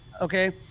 okay